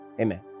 amen